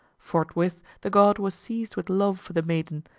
forthwith the god was seized with love for the maiden,